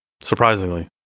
Surprisingly